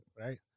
Right